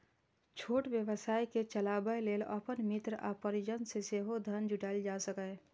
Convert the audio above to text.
छोट व्यवसाय कें चलाबै लेल अपन मित्र आ परिजन सं सेहो धन जुटायल जा सकैए